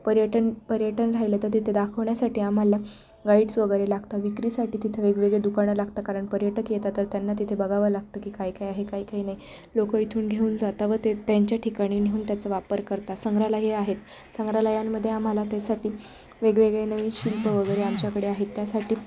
पर्यटन पर्यटन राहिलं तर तिथे दाखवण्यासाठी आम्हाला गाईड्स वगैरे लागतं विक्रीसाठी तिथे वेगवेगळे दुकानं लागतात कारण पर्यटक येतात तर त्यांना तिथे बघावं लागतं की काय काय आहे काही काही नाही लोकं इथून घेऊन जातात व ते त्यांच्या ठिकाणी नेऊन त्याचा वापर करतात संग्रहालयही आहेत संग्रहालयांमध्ये आम्हाला त्यासाठी वेगवेगळे नवीन शिल्प वगैरे आमच्याकडे आहेत त्यासाठी